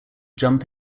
jump